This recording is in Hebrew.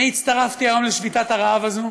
אני הצטרפתי היום לשביתת הרעב הזאת,